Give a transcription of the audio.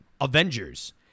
Avengers